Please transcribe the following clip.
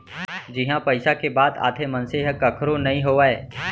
जिहाँ पइसा के बात आथे मनसे ह कखरो नइ होवय